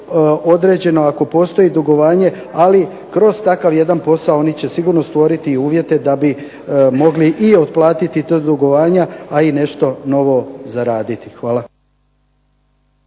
određeno ako postoji dugovanje ali kroz takav jedan posao oni će sigurno stvoriti uvjete da bi mogli i otplatiti ta dugovanja a i nešto novo zaraditi. Hvala.